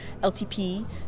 LTP